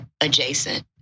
adjacent